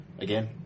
Again